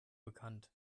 bekannt